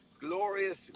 Glorious